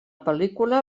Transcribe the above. pel·lícula